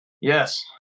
Yes